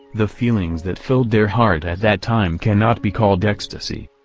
the feelings that filled their heart at that time cannot be called ecstasy.